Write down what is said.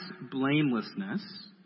blamelessness